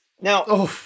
Now